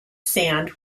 sand